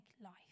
life